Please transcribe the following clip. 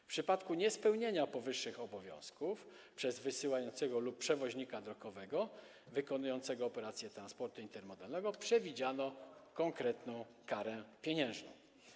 W przypadku niespełnienia powyższych obowiązków przez wysyłającego lub przewoźnika drogowego wykonującego operację transportu intermodalnego przewidziano konkretną karę pieniężną.